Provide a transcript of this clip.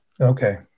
okay